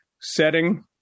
setting